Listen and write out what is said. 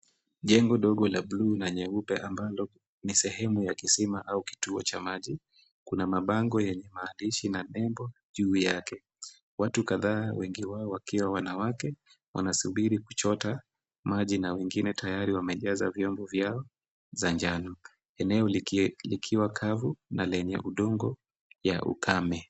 Jengo dogo la bluu na nyeupe ambalo ni sehemu ya kisima au kituo cha maji. Kuna mabango yenye maandishi na nembo juu yake. Watu kadhaa wengi wao wakiwa wanawake wanasubiri kuchota maji na wengine tayari wamejaza vyombo vyao za njano. Eneo likiwa kavu na lenye udongo ya ukame.